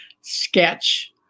sketch